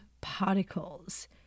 particles